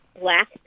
black